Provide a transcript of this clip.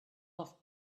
off